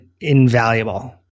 invaluable